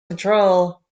control